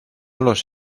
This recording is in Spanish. los